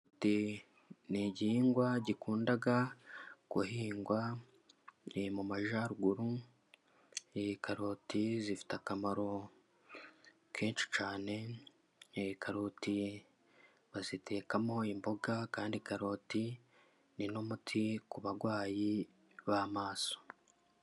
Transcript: Karoyi ni igihingwa gikunda guhingwa mu Majyaruguru, karoti zifite akamaro kenshi cyane, karoti bazitekamo imboga, kandi karoti ni umuti ku barwayi b'amaso